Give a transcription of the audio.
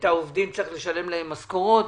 ולעובדים צריך לשלם משכורות.